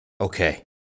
Okay